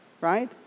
right